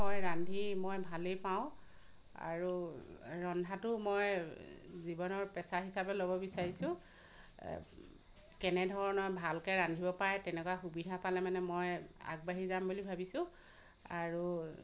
হয় ৰান্ধি মই ভালেই পাওঁ আৰু ৰন্ধাটো মই জীৱনৰ পেচা হিচাপে ল'ব বিচাৰিছোঁ কেনেধৰণৰ ভালকৈ ৰান্ধিব পাই তেনেকুৱা সুবিধা পালে মানে মই আগবাঢ়ি যাম বুলি ভাবিছোঁ আৰু